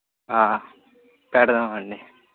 పెడతాం అండి